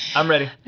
i'm ready. and